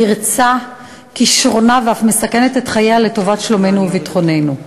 מרצה וכישרונה ואף מסכנת את חייה לטובת שלומנו וביטחוננו.